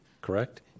correct